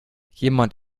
jemand